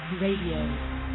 Radio